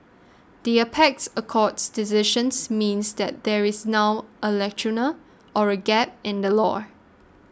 the apex a court's decisions means that there is now a lacuna or a gap in the law